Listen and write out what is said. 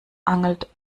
angelt